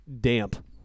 damp